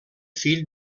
fill